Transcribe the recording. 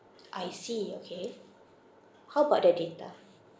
I see okay how about the data